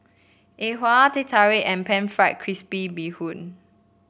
e hua Teh Tarik and pan fried crispy Bee Hoon